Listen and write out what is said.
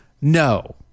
no